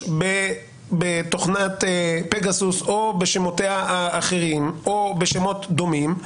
בתוכנת פגסוס או בשמותיה האחרים או בשמות דומים,